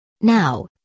Now